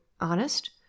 honest